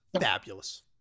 Fabulous